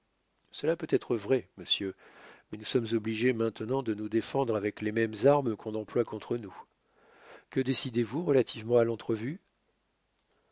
cela peut être vrai monsieur mais nous sommes obligés maintenant de nous défendre avec les mêmes armes qu'on emploie contre nous que décidez-vous relativement à l'entrevue